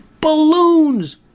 Balloons